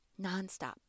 nonstop